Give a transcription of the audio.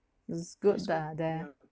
is good ah there